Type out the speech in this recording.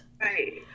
Right